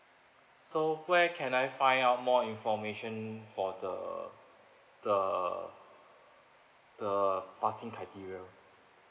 so where can I find out more information for the the the passing criteria